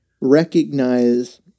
recognize